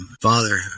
father